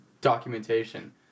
documentation